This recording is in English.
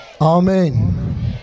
Amen